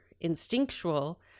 instinctual